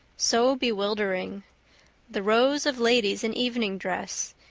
so bewildering the rows of ladies in evening dress,